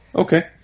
Okay